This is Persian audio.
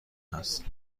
است